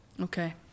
okay